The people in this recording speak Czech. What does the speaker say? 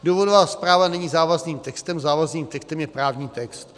Důvodová zpráva není závazným textem, závazným textem je právní text.